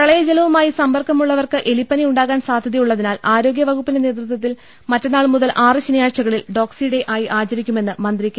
പ്രളയജ്ലവുമായി സമ്പർക്കമുള്ളവർക്ക് എലിപ്പനി ഉണ്ടാ കാൻ സാധ്യതയുള്ളതിനാൽ ആരോഗ്യവകുപ്പിന്റെ നേതൃ ത്വത്തിൽ മറ്റന്നാൾ മുതൽ ആറ് ശനിയാഴ്ചകളിൽ ഡോക്സി ഡേ ആയി ആചരിക്കുമെന്ന് മന്ത്രി കെ